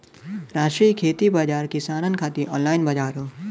राष्ट्रीय खेती बाजार किसानन खातिर ऑनलाइन बजार हौ